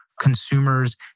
consumers